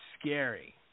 scary